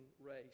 race